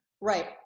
right